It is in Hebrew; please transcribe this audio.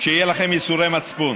שיהיו לכם ייסורי מצפון,